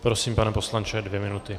Prosím, pane poslanče, dvě minuty.